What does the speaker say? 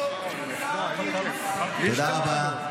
תודה רבה.